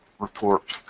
report.